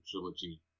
trilogy